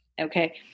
okay